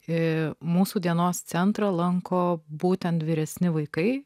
ir mūsų dienos centrą lanko būtent vyresni vaikai